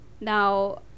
Now